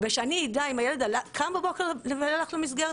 ושאני אדע אם הילד קם בבוקר והלך למסגרת